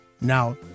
Now